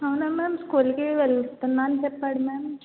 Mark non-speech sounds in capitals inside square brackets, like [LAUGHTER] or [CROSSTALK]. అవునమ్మా [UNINTELLIGIBLE] స్కూల్కి వెళ్ళొస్తున్న అని చెప్పాడు మ్యామ్